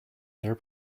their